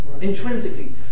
intrinsically